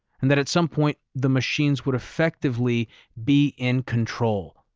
and that at some point the machines would effectively be in control.